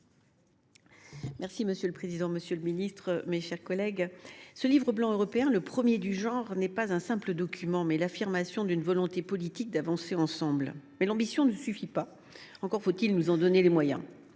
Mouret. Monsieur le président, monsieur le ministre, mes chers collègues, ce livre blanc européen, le premier du genre, n’est pas un simple document ; il est l’affirmation d’une volonté politique d’avancer ensemble. Néanmoins, l’ambition ne suffit pas. Encore faut il nous en donner les moyens.